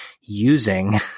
using